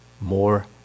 more